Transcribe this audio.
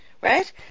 right